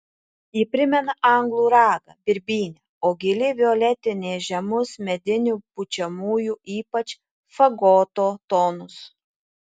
ji primena anglų ragą birbynę o gili violetinė žemus medinių pučiamųjų ypač fagoto tonus